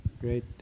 Great